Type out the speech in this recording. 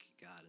God